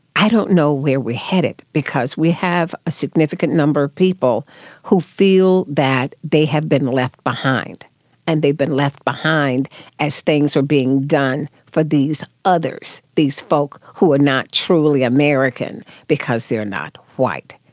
i don't know where we are headed, because we have a significant number of people who feel that they have been left behind and they've been left behind as things are being done for these others, these folk who are not truly american because they are not white.